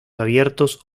abiertos